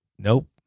Nope